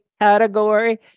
category